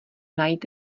najít